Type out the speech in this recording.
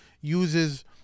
uses